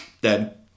dead